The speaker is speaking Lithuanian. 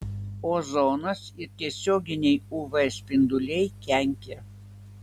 ozonas ir tiesioginiai uv spinduliai kenkia